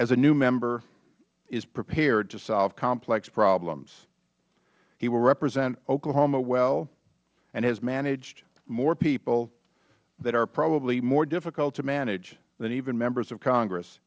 as a new member is prepared to solve complex problems he will represent oklahoma well and has managed more people that are probably more difficult to manage than even members of congress